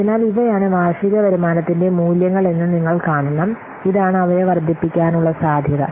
അതിനാൽ ഇവയാണ് വാർഷിക വരുമാനത്തിന്റെ മൂല്യങ്ങൾ എന്ന് നിങ്ങൾ കാണണം ഇതാണ് അവയെ വർദ്ധിപ്പിക്കാനുള്ള സാധ്യത